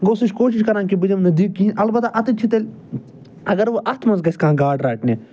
گوٚو سُہ چھُ کوٗشِش کَران کہِ بہٕ دِمہٕ نہٕ دِگ کِہیٖنۍ البتہ اَتٮ۪نۍ چھِ تیٚلہِ اگر وۄنۍ اتھ منٛز گَژھِ کانٛہہ گاڈٕ رٹنہِ